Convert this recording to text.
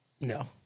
No